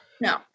No